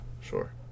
sure